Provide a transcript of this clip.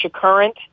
Current